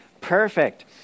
Perfect